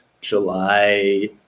July